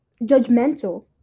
judgmental